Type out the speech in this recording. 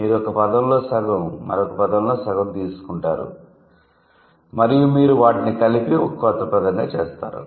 మీరు ఒక పదంలో సగం మరొక పదంలో సగం తీసుకుంటారు మరియు మీరు వాటిని కలిపి ఒక క్రొత్త పదంగా చేస్తారు